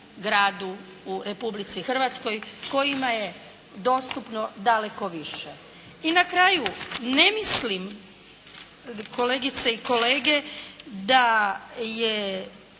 gradu u Republici Hrvatskoj kojima je dostupno daleko više. I na kraju ne mislim kolegice i kolege da je